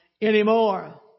anymore